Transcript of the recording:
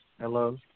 Hello